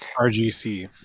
rgc